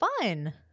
fun